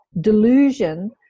delusion